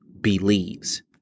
believes